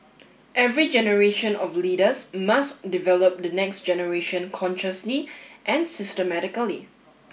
every generation of leaders must develop the next generation consciously and systematically